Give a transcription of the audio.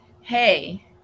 Hey